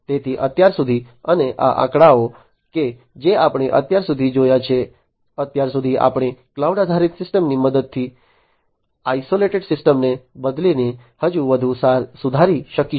તેથી અત્યાર સુધી અને આ આંકડાઓ કે જે આપણે અત્યાર સુધી જોયા છે અત્યાર સુધી આપણે ક્લાઉડ આધારિત સિસ્ટમોની મદદથી આઇસોલેટેડ સિસ્ટમ્સને બદલીને હજુ વધુ સુધારી શકીશું